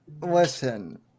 listen